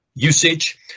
usage